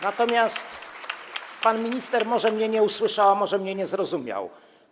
Natomiast pan minister może mnie nie usłyszał, a może mnie nie zrozumiał.